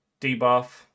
debuff